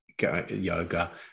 yoga